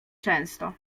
często